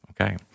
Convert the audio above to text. Okay